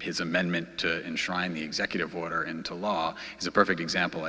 his amendment to ensuring the executive order into law is a perfect example i